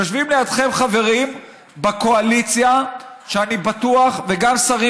יושבים לידכם חברים בקואליציה וגם שרים